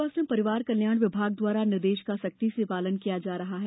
लोक स्वास्थ्य एवं परिवार कल्याण विभाग द्वारा निर्देष का सख्ती से पालन किया जा रहा है